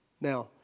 Now